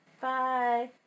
bye